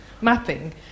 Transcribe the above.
mapping